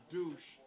Douche